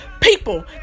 people